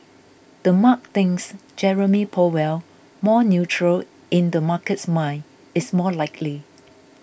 the mark things Jerome Powell more neutral in the market's mind is more likely